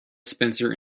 spencer